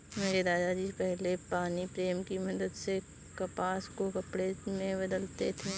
मेरे दादा जी पहले पानी प्रेम की मदद से कपास को कपड़े में बदलते थे